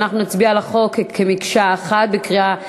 ואנחנו נצביע על החוק כמקשה אחת בקריאה שנייה,